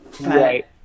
Right